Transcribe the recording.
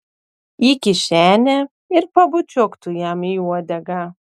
į kišenę ir pabučiuok tu jam į uodegą